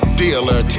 dealer